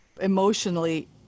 emotionally